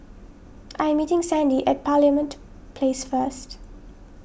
I am meeting Sandie at Parliament Place first